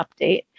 update